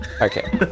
Okay